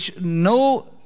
no